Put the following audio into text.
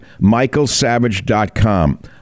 michaelsavage.com